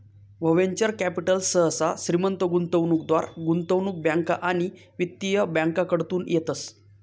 venture capital सहसा श्रीमंत गुंतवणूकदार, गुंतवणूक बँका आणि वित्तीय बँकाकडतून येतस